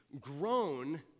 grown